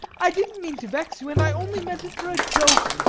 i didn't mean to vex you and i only meant it for a joke.